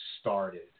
started